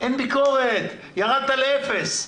אין ביקורת וירדת לאפס.